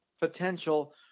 potential